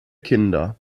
kinder